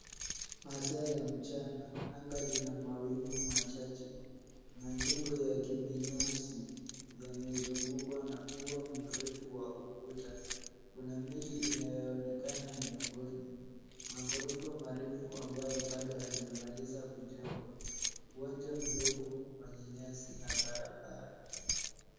Masaa ya mchana. Anga lina mawingu machache. Majengo ya kibinafsi yamezungukwa na ua mrefu wa ukuta. Kuna miti inayoonekana miongoni. Maghorofa marefu ambayo bado hayajamaliza kujengwa . Uwanja mdogo wenye nyasi na barabara.